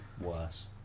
Worse